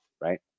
right